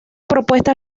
propuesta